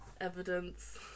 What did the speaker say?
evidence